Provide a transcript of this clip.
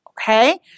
Okay